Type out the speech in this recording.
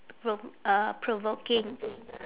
prov~ uh provoking